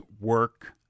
work